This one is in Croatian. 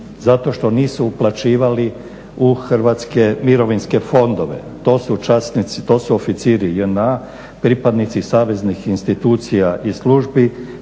zato što nisu uplaćivali u hrvatske mirovinske fondove. To su časnici, to su oficiri JNA, pripadnici saveznih institucija i službi,